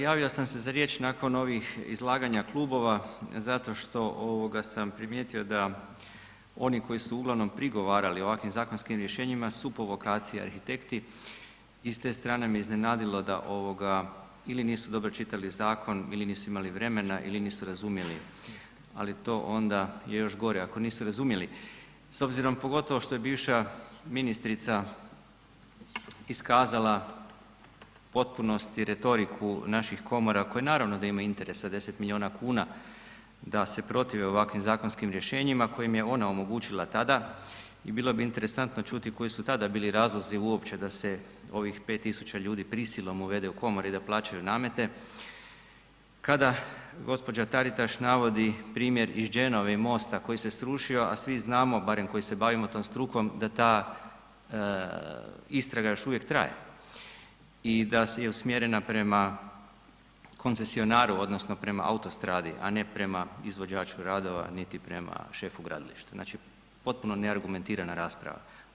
Pa eto, javio sam se za riječ nakon ovih izlaganja klubova zato što sam primijetio da oni koji su uglavnom prigovarali ovakvim zakonskim rješenjima su povokacija arhitekti i s te strane me iznenadilo da ili nisu dobro čitali zakon ili nisu imali vremena ili nisu razumjeli, ali to onda je još gore ako nisu razumjeli s obzirom pogotovo što je bivša ministrica iskazala potpunosti retoriku naših komora koji naravno da imaju interesa 10 milijuna kuna da se protive ovakvim zakonskim rješenjima kojim je ona omogućila tada i bilo bi interesantno čuti koji su tada bili razlozi uopće da se ovih 5000 ljudi prisilom uvede u komore i da plaćaju namete kada gđa. Taritaš navodi primjer iz Genove i mosta koji se srušio, a svi znamo barem koji se bavimo tom strukom, da ta istraga još uvijek traje i da je usmjerena prema koncesionaru odnosno prema autostradi, a ne prema izvođaču radova, niti prema šefu gradilišta, znači potpuno neargumentirana rasprava.